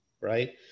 right